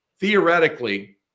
Theoretically